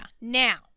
Now